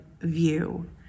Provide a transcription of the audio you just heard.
view